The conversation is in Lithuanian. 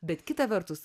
bet kita vertus